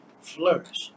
flourish